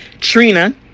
Trina